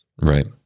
Right